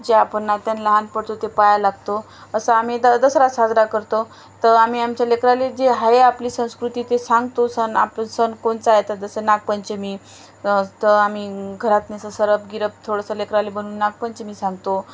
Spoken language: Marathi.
जे आपण नात्याने लहान पडतो ते पाया लागतो असं आम्ही द दसरा साजरा करतो तर आम्ही आमच्या लेकराला जे आहे आपली संस्कृती ते सांगतो सण आपलं सण कोणचा येतात जसं नागपंचमी तर आम्ही घरात नेसं सरप गिरप थोडंसं लेकराला बनवून नागपंचमी सांगतो